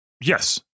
Yes